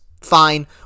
fine